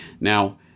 Now